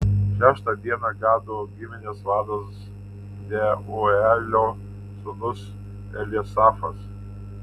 šeštą dieną gado giminės vadas deuelio sūnus eljasafas